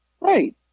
Right